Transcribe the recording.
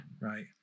right